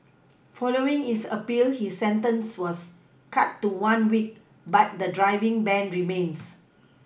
following his appeal his sentence was cut to one week but the driving ban remains